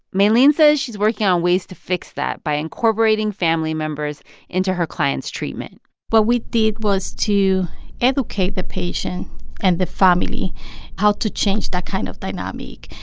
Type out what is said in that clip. mae lynn says she's working on ways to fix that by incorporating family members into her clients' treatment what we did was to educate the patient and the family how to change that kind of dynamic,